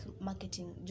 marketing